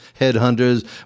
headhunters